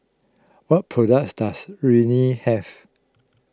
what products does Rene have